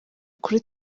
kuri